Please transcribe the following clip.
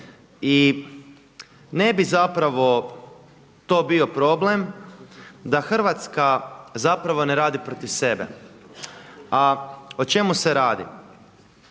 i ne bi to bio problem da Hrvatska ne radi protiv sebe. A o čemu se radi?